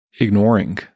ignoring